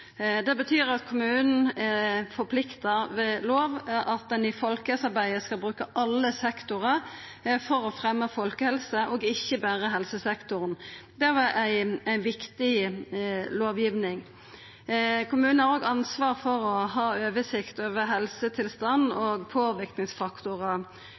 Det betyr at kommunane er forplikta ved lov til at ein i folkehelsearbeidet skal bruka alle sektorar for å fremja folkehelse og ikkje berre helsesektoren. Det var ei viktig lovgiving. Kommunane har òg ansvar for å ha oversikt over